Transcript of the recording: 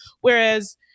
Whereas